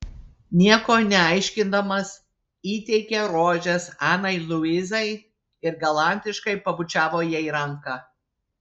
nieko neaiškindamas įteikė rožes anai luizai ir galantiškai pabučiavo jai ranką